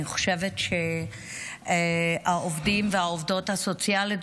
אני חושבת שהעובדים והעובדות הסוציאליות,